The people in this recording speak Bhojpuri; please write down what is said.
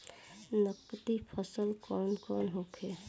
नकदी फसल कौन कौनहोखे?